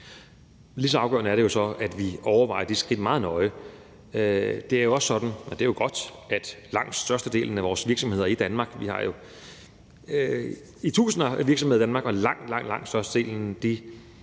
Lige så afgørende er det jo så, at vi overvejer de skridt meget nøje. Det er også sådan, og det er jo godt, at langt, langt størstedelen af vores virksomheder – vi har jo tusinder af virksomheder i Danmark – tager ansvar for at overholde